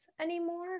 anymore